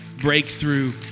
breakthrough